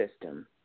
system